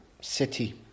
city